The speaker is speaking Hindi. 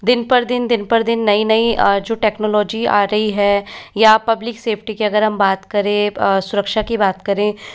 दिन पर दिन दिन पर दिन नई नई जो टेक्नॉलजी आ रही है या पब्लिक सेफ़्टी की अगर हम बात करें सुरक्षा की बात करें